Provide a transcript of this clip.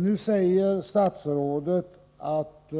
Nu säger statsrådet att